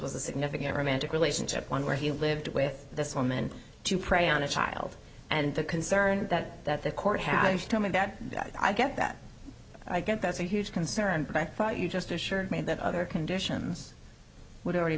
was a significant romantic relationship one where he lived with this woman to prey on a child and the concern that that the court having to tell me that i get that i get that's a huge concern but i thought you just assured me that other conditions would already